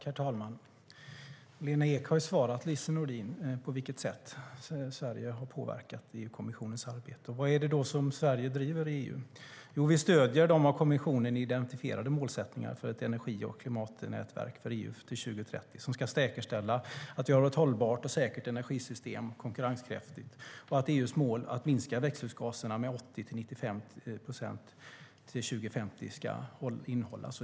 Herr talman! Lena Ek har svarat Lise Nordin på vilket sätt Sverige har påverkat EU-kommissionens arbete. Vad är det då Sverige driver i EU? Jo, vi stöder de av kommissionen identifierade målsättningarna för ett energi och klimatnätverk för EU till 2030. De ska säkerställa att vi har ett hållbart, säkert och konkurrenskraftigt energisystem och att EU:s mål att minska växthusgaserna med 80-95 procent till 2050 uppfylls.